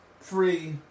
free